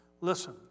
Listen